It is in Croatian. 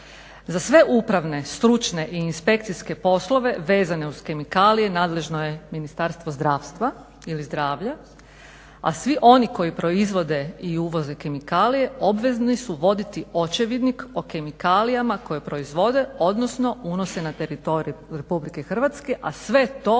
Za sve upravne, stručne i inspekcijske poslove vezane uz kemikalije nadležno je Ministarstvo zdravstva ili zdravlja, a svi oni koji proizvode i uvoze kemikalije obvezni su voditi očevidnik o kemikalijama koje proizvode odnosno unose na teritorij Republike Hrvatske a sve to